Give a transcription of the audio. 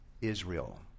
Israel